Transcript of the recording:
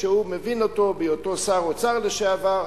שהוא מבין אותו בהיותו שר אוצר לשעבר,